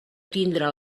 tindre